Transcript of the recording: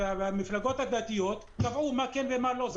והמפלגות הדתיות, קבעו מה כן ומה לא.